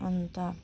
अन्त